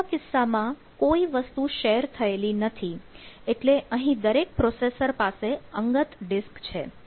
ત્રીજા કિસ્સામાં કોઈ વસ્તુ શેર થયેલી નથી એટલે અહીં દરેક પ્રોસેસર પાસે અંગત ડિસ્ક છે